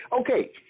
Okay